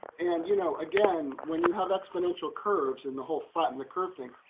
and, you know, again, when you have exponential curves in the whole phut and the curve thing,